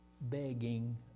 begging